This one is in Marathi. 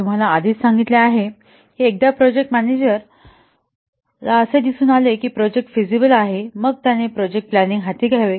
मी तुम्हाला आधीच सांगितले आहे की एकदा प्रोजेक्ट मॅनेजर असे दिसून आले की प्रोजेक्ट फेसिबल आहे मग त्याने प्रोजेक्ट प्लँनिंग हाती घ्यावे